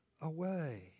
away